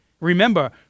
remember